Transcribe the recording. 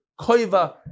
koiva